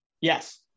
Yes